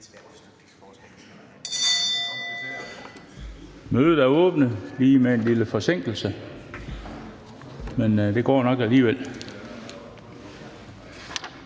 Mødet er åbnet med en lille forsinkelse. Men det går nok alligevel.